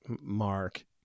Mark